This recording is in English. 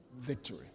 victory